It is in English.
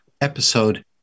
episode